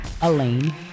Elaine